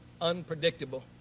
unpredictable